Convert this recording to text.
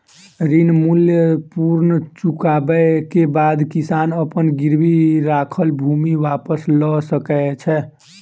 ऋण मूल्य पूर्ण चुकबै के बाद किसान अपन गिरवी राखल भूमि वापस लअ सकै छै